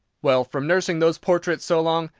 well, from nursing those portraits so long,